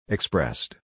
Expressed